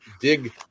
Dig